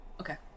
Okay